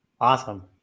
Awesome